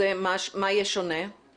יש לנו היום את